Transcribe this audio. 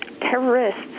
terrorists